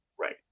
right